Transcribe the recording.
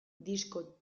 disko